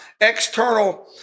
external